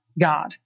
God